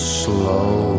slow